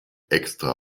extra